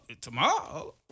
tomorrow